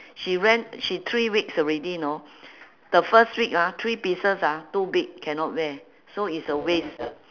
she rent she three weeks already you know the first week ah three pieces ah too big cannot wear so is a waste